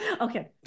Okay